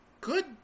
Good